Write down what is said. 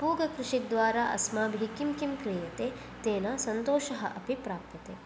पूगकृषिद्वारा अस्माभिः किं किं क्रियते तेन संन्तोषः अपि प्राप्यते